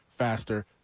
Faster